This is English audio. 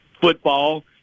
football